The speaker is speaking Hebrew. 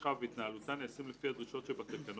משכה והתנהלותה נעשים לפי הדרישות שבתקנות,